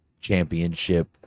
championship